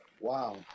wow